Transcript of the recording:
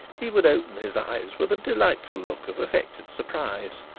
he would open his eyes with a delightful look of affected surprise,